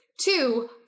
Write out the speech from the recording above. Two